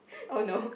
oh no